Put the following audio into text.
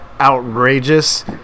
outrageous